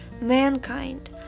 Mankind